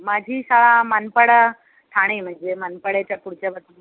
माझी शाळा मानपडा ठाणे म्हणजे मानपड्याच्या पुढच्या बाजू